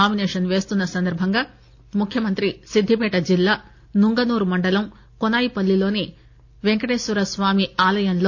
nomination పేస్తున్న సందర్బంగా ముఖ్యమంత్రి సిద్దిపేట జిల్లా నుంగనూర్ మండలం కొనాయిపల్లిలోని వెంకటేశ్వరస్వామి ఆలయంలో కె